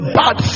bad